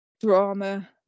drama